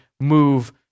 move